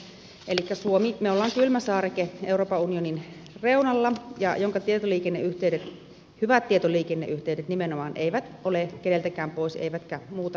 elikkä me suomi olemme kylmä saareke euroopan unionin reunalla ja suomen tietoliikenneyhteydet hyvät tietoliikenneyhteydet nimenomaan eivät ole keneltäkään pois eivätkä muuta kilpailuasemia millään muotoa